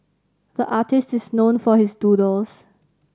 the artist is known for his doodles